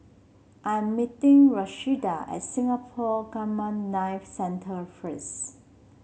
I am meeting Rashida at Singapore Gamma Knife Centre first